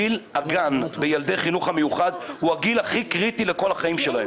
גיל הגן בילדי החינוך המיוחד הוא הגיל הכי קריטי לכל החיים שלהם.